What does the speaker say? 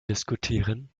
diskutieren